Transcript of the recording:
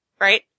right